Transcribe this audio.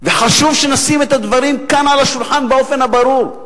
וחשוב שנשים את הדברים כאן על השולחן באופן ברור.